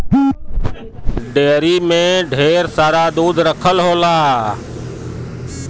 dairy में ढेर सारा दूध रखल होला